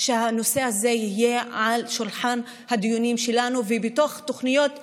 שהנושא הזה יהיה על שולחן הדיונים שלנו ובתוך תוכניות הפעולה,